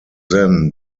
then